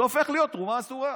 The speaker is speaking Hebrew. זה הופך להיות תרומה אסורה.